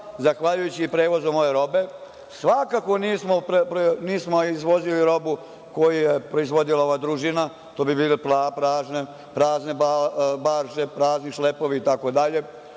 zahvaljujući prevozom ove robe. Svakako nismo izvozili robu koju je proizvodila ova družina. To bi bile prazne barže, prazni šlepovi itd.